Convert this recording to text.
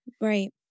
Right